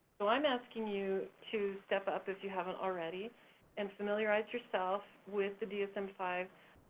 so i'm asking you to step up if you haven't already and familiarize yourself with the dsm five.